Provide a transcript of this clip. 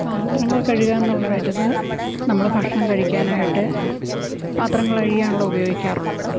പാത്രങ്ങൾ കഴുകുക എന്നൊള്ള ഒരിത് നമ്മൾ ഭക്ഷണം കഴിക്കാനായിട്ട് പാത്രങ്ങൾ കഴുകിയാണല്ലോ ഉപയോഗിക്കാറുള്ളത്